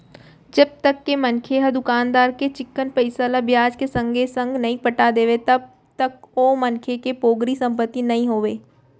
जब तक के मनखे ह दुकानदार के चिक्कन पइसा ल बियाज के संगे संग नइ पटा देवय तब तक ओ मनखे के पोगरी संपत्ति नइ होवय